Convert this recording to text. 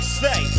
say